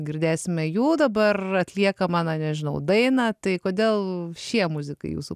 girdėsime jų dabar atliekamą na nežinau dainą tai kodėl šie muzikai jūsų